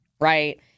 Right